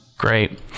Great